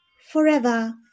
forever